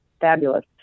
fabulous